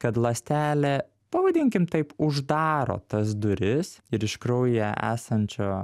kad ląstelė pavadinkim taip uždaro tas duris ir iš kraujyje esančio